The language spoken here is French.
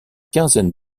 quinzaine